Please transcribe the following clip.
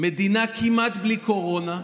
מדינה כמעט בלי קורונה,